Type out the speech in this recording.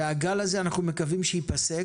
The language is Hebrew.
והגל הזה, אנחנו מקווים שייפסק